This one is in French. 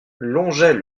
longeait